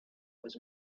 was